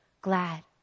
glad